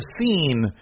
seen